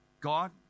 God